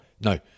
no